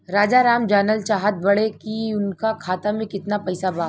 राजाराम जानल चाहत बड़े की उनका खाता में कितना पैसा बा?